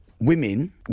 Women